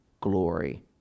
glory